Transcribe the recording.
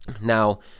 Now